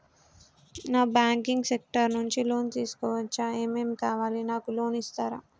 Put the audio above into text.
నాకు banking sector నుంచి loan తీసుకోవచ్చా? ఏమేం కావాలి? నాకు లోన్ ఇస్తారా?